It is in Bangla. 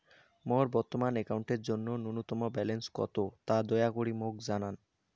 মোর বর্তমান অ্যাকাউন্টের জন্য ন্যূনতম ব্যালেন্স কত তা দয়া করি মোক জানান